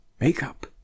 makeup